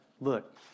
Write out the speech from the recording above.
look